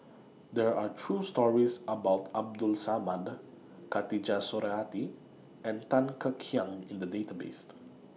There Are stories about Abdul Samad Khatijah Surattee and Tan Kek Hiang in The Database